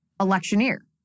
electioneer